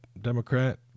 Democrat